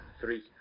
three